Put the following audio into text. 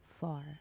far